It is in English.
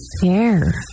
care